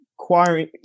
acquiring